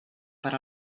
per